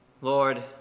Lord